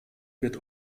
wird